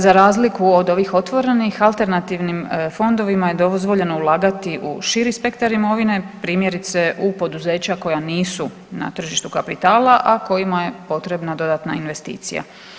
Za razliku od ovih otvorenih alternativnim fondovima je dozvoljeno ulagati u širi spektar imovine, primjerice u poduzeća koja nisu na tržištu kapitala, a kojima je potrebna dodatna investicija.